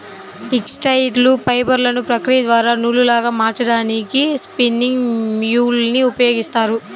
textile ఫైబర్లను ప్రక్రియ ద్వారా నూలులాగా మార్చడానికి స్పిన్నింగ్ మ్యూల్ ని ఉపయోగిస్తారు